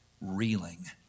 reeling